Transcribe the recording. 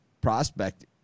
prospect